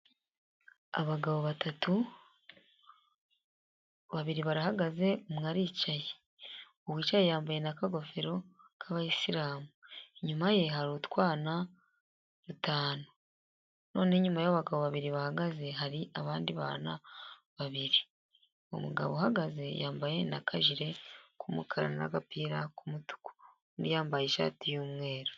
Abagabo batatu, babiri barahagaze umwe aricaye, uwicaye yambaye n'akagofero k'abayisiramu inyuma ye hari utwana dutanu. Noneho inyuma yabo bagabo babiri bahagaze hari abandi bana babiri. Umugabo uhagaze yambaye n'akajire k'umukara n'agapira k'umutuku, undi yambaye ishati y'umweru.